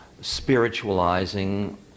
spiritualizing